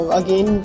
again